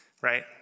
right